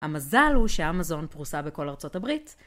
המזל הוא שאמזון פרוסה בכל ארצות הברית.